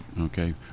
Okay